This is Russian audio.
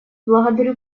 благодарю